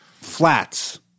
flats